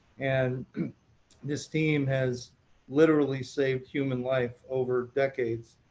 and this team has literallyily saved human life over decades.